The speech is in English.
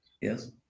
Yes